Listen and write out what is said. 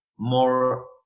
more